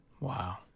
Wow